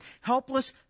helpless